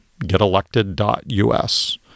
getelected.us